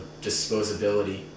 disposability